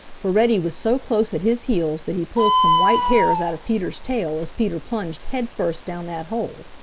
for reddy was so close at his heels that he pulled some white hairs out of peter's tail as peter plunged headfirst down that hole.